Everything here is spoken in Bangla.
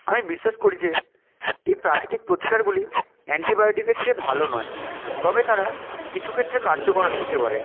আমি বিশ্বাস করি যে এই প্রাকিতিক প্রতিকারগুলি অ্যান্টিবায়োটিকের চেয়ে ভালো নয় তবে তারা কিছু ক্ষেত্রে কার্যকর হতে পারে